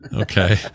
Okay